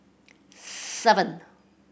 seven